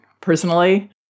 personally